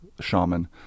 shaman